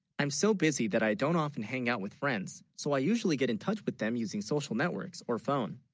i'm so busy that i don't often hang out with friends so i usually get in touch with, them, using social networks or phone